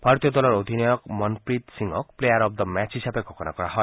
ভাৰতীয় দলৰ অধিনায়ক মনপ্ৰিট সিঙক প্লেয়াৰ অব দ্য মেচ হিচাপে ঘোষণা কৰা হয়